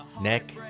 Neck